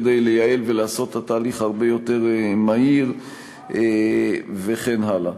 כדי לייעל ולעשות את התהליך הרבה יותר מהיר וכן הלאה.